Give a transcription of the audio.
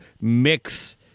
mix